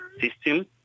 system